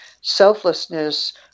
selflessness